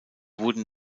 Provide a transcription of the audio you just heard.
wurden